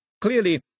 Clearly